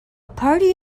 party